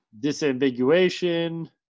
Disambiguation